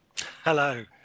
Hello